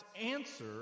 answer